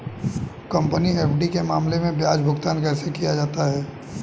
Company FD के मामले में ब्याज भुगतान कैसे किया जाता है?